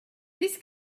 this